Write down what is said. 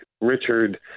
Richard